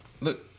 Look